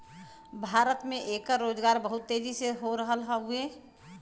भारत में एकर रोजगार बहुत तेजी हो रहल हउवे